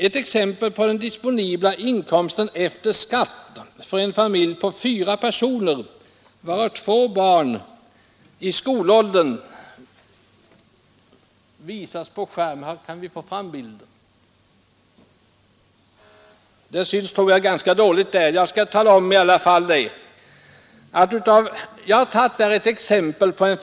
Ett exempel på den disponibla inkomsten efter skatt för en familj på fyra personer, varav två barn i skolåldern, visas på TV-skärmen.